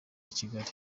kigali